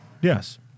Yes